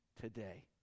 today